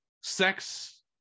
sex